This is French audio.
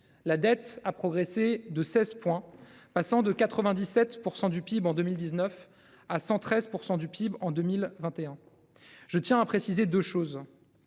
La dette a progressé de 16 points, passant de 97% du PIB en 2019 à 113% du PIB en 2021. Je tiens à préciser 2 choses.